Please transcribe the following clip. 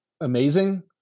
amazing